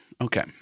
Okay